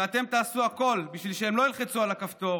ואתם תעשו הכול בשביל שהם לא ילחצו על הכפתור,